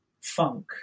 funk